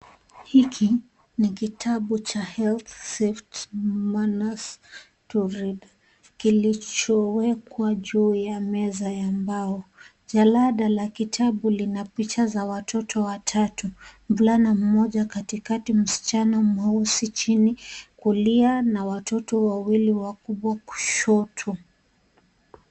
Hiki ni kitabu cha health safety manners to read kilichowekwa juu ya meza ya mbao. Jalada la kitabu lina picha za watoto watatu. Mvulana mmoja katikati, msichana mweusi chini kulia na watoto wawili wakubwa kushoto.